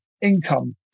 income